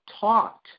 taught